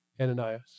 Ananias